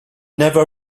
never